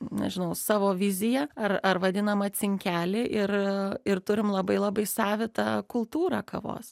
nežinau savo viziją ar ar vadinamą cinkelį ir ir turim labai labai savitą kultūrą kavos